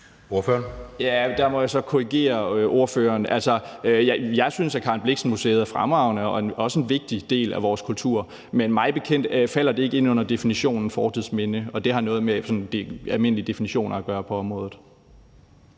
Der må jeg så korrigere ordføreren. Jeg synes, at Karen Blixen Museet er fremragende og også en vigtig del af vores kultur, men mig bekendt falder det ikke ind under definitionen på fortidsminde, og det har noget at gøre med de sådan almindelige definitioner på området.